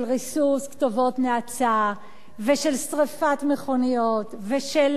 של ריסוס כתובות נאצה ושל שרפת מכוניות ושל